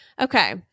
Okay